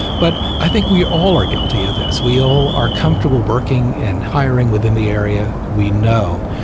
but i think we all are guilty of this. we all are comfortable working in hiring within the area we know.